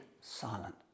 silent